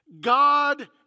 God